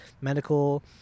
medical